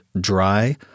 dry